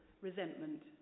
resentment